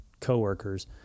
coworkers